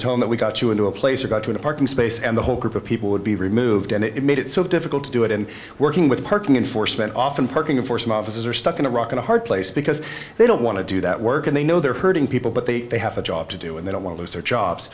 tell him that we got you into a place or got to a parking space and the whole group of people would be removed and it made it so difficult to do it and working with parking enforcement often parking enforcement officers are stuck in a rock and a hard place because they don't want to do that work and they know they're hurting people but they they have a job to do and they don't lose their jobs